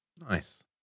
Nice